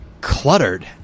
cluttered